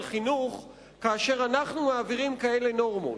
חינוך כאשר אנחנו מעבירים כאלה נורמות,